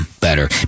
better